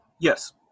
yes